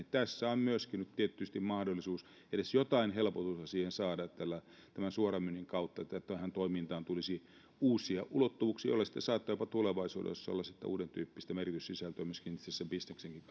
tässä on myöskin nyt tietysti mahdollisuus edes jotain helpotusta saada tämän suoramyynnin kautta siihen että tähän toimintaan tulisi uusia ulottuvuuksia joilla sitten saattaa jopa tulevaisuudessa olla uudentyyppistä merkityssisältöä myöskin itse sen bisneksenkin